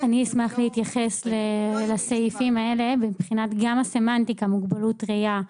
(אומרת דברים בשפת הסימנים, להלן תרגומם(: